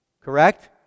correct